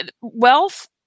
wealth